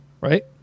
right